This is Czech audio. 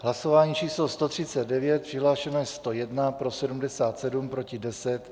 Hlasování číslo 139, přihlášeno je 101, pro 77, proti 10.